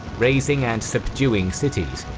razing and subduing cities,